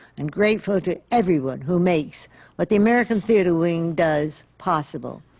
and grateful to everyone who makes what the american theatre wing does possible.